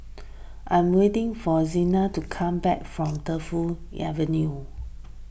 I am waiting for Zina to come back from Defu Avenue